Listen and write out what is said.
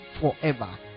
forever